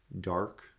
dark